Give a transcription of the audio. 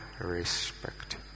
respect